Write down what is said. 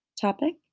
topic